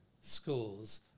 schools